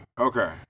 Okay